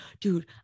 dude